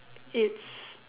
it's